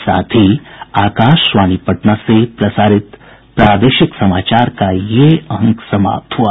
इसके साथ ही आकाशवाणी पटना से प्रसारित प्रादेशिक समाचार का ये अंक समाप्त हुआ